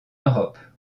europe